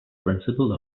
principle